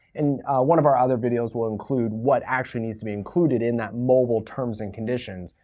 and one of our other videos will include what actually needs to be included in that mobile terms and conditions.